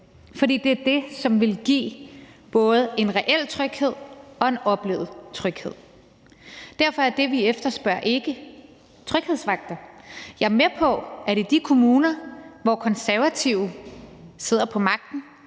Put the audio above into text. for det er det, som ville give både en reel tryghed og en oplevet tryghed. Derfor er det, vi efterspørger, ikke tryghedsvagter. Jeg er med på, at i de kommuner, hvor Konservative sidder på magten,